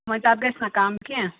وۄنۍ تَتھ گژھِ نا کَم کینٛہہ